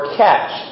catch